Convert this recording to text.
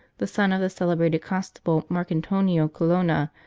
the son of the celebrated constable marcantonio colonna,